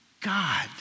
God